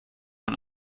man